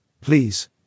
please